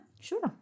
Sure